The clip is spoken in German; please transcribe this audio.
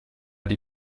die